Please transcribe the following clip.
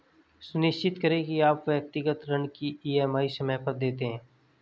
सुनिश्चित करें की आप व्यक्तिगत ऋण की ई.एम.आई समय पर देते हैं